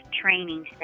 Training